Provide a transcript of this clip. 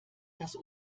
das